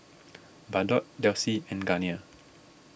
Bardot Delsey and Garnier